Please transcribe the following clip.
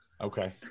Okay